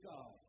God